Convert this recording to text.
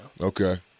Okay